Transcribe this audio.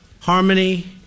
harmony